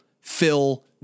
Phil